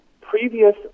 previous